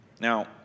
Now